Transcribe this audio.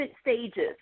stages